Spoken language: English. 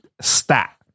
stat